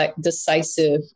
decisive